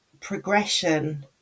progression